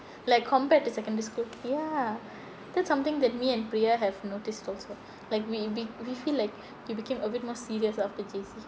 like compared to secondary school ya that's something that me and priya have noticed also like we we we feel like you became a bit more serious after J_C